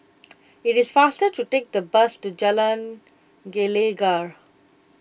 it is faster to take the bus to Jalan Gelegar